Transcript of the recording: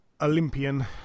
Olympian